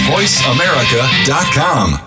VoiceAmerica.com